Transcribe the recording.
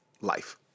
life